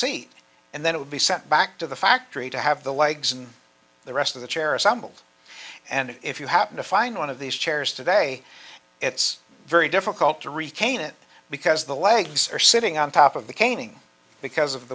seat and then it would be sent back to the factory to have the legs and the rest of the chair assembled and if you happen to find one of these chairs today it's very difficult to retain it because the legs are sitting on top of the caning because of